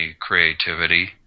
creativity